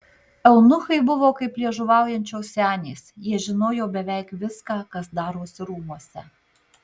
eunuchai buvo kaip liežuvaujančios senės jie žinojo beveik viską kas darosi rūmuose